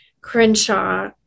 Crenshaw